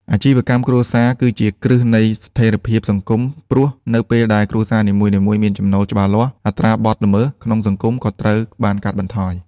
អាជីវកម្មគ្រួសារគឺជាគ្រឹះនៃស្ថិរភាពសង្គម ព្រោះនៅពេលដែលគ្រួសារនីមួយៗមានចំណូលច្បាស់លាស់ អត្រាបទល្មើសក្នុងសង្គមក៏ត្រូវបានកាត់បន្ថយ។